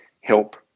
help